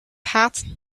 hat